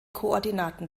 koordinaten